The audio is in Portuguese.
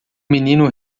menino